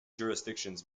jurisdictions